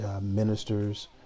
ministers